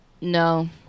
No